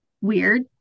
weird